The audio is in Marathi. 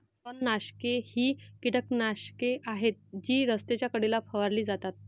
तणनाशके ही कीटकनाशके आहेत जी रस्त्याच्या कडेला फवारली जातात